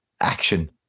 action